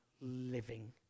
living